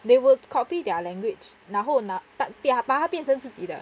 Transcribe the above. they will copy their language 然后拿把它变成自己的